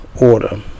order